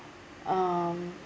um